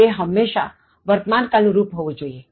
તે હંમેશા વર્તમાન કાળનું રુપ હોવું જોઇએ